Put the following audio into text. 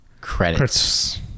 Credits